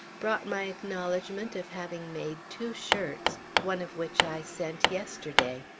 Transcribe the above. brought my acknowledgment of having made two shirts, one of which i sent yesterday.